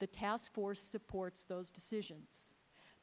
the task force supports those decisions the